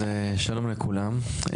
שלום לכולם,